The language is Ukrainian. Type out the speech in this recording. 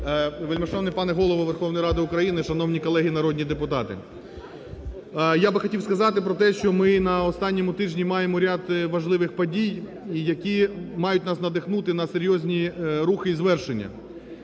Вельмишановний пане Голово Верховної Ради України! Шановні колеги народні депутати! Я б хотів сказати про те, що ми на останньому тижні маємо ряд важливих подій, які мають нас надихнути на серйозні рухи і звершення.